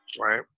right